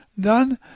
done